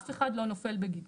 אף אחד לא נופל בגדרה.